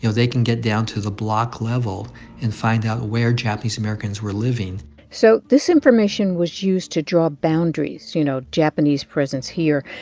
you know they can get down to the block level and find out where japanese americans were living so this information was used to draw boundaries you know, japanese presence here.